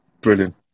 Brilliant